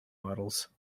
models